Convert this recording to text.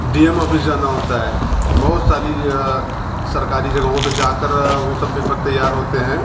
D M office जाना होता है बहुत सारी सरकारी जगहों पर जा कर वो सब पेपर तैयार होते हैं